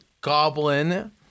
Goblin